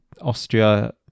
Austria